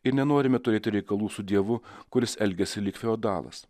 ir nenorime turėti reikalų su dievu kuris elgiasi lyg feodalas